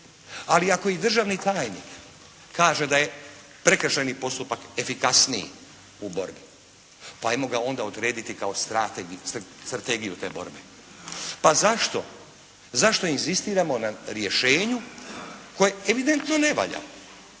Ali ako i državni tajnik kaže da je prekršajni postupak efikasniji u borbi, pa ajmo ga onda odrediti kao strategiju te borbe. Pa zašto inzistiramo na rješenju koje evidentno ne valja,